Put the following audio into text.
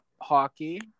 hockey